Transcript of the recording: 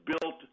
built –